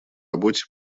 работе